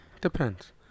Depends